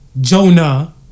Jonah